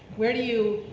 where do you,